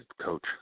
coach